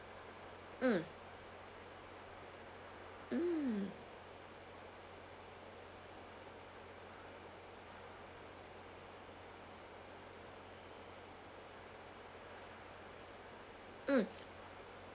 mm mm mm